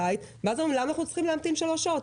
ואז הם אומרים: למה אנחנו צריכים להמתין שלוש שעות?